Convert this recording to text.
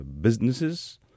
businesses